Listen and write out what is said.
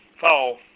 fall